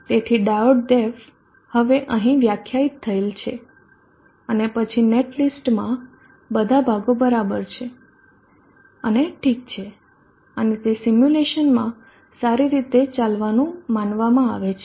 તેથી diode Def હવે અહીં વ્યાખ્યાયિત થયેલ છે અને પછી નેટ લિસ્ટના બધા ભાગો બરાબર છે અને ઠીક છે અને તે સિમ્યુલેશનમાં સારી રીતે ચાલવાનું માનવામાં આવે છે